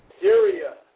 Syria